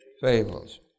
fables